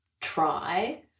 try